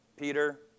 Peter